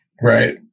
Right